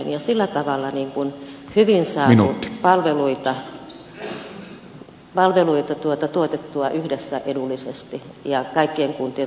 ja sillä tavalla hyvin saatu palveluita tuotettua yhdessä edullisesti ja kaikkien kuntien taloudet ovat todella kestävällä pohjalla